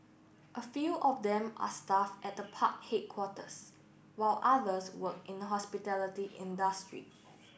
a few of them are staff at the park headquarters while others work in the hospitality industry